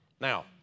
Now